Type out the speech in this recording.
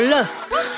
Look